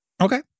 Okay